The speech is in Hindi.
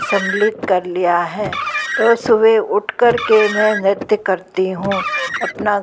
सम्मिलित कर लिया है तो सुबह उठ कर के मैं नृत्य करती हूँ अपना